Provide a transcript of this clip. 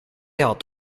had